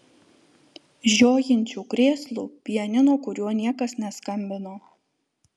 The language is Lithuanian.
žiojinčių krėslų pianino kuriuo niekas neskambino